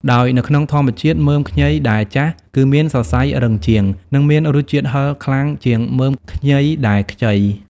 ដោយនៅក្នុងធម្មជាតិ មើមខ្ញីដែលចាស់ គឺមានសរសៃរឹងជាង និងមានរសជាតិហឹរខ្លាំងជាងមើមខ្ញីដែលខ្ចី។